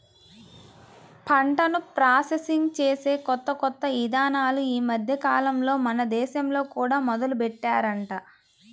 పంటను ప్రాసెసింగ్ చేసే కొత్త కొత్త ఇదానాలు ఈ మద్దెకాలంలో మన దేశంలో కూడా మొదలుబెట్టారంట